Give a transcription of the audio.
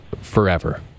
forever